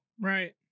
right